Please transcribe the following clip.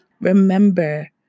remember